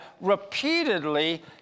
repeatedly